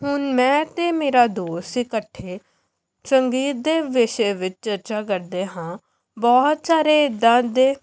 ਹੁਣ ਮੈਂ ਅਤੇ ਮੇਰਾ ਦੋਸਤ ਇਕੱਠੇ ਸੰਗੀਤ ਦੇ ਵਿਸ਼ੇ ਵਿੱਚ ਚਰਚਾ ਕਰਦੇ ਹਾਂ ਬਹੁਤ ਸਾਰੇ ਇੱਦਾਂ ਦੇ